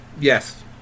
Yes